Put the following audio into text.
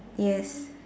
yes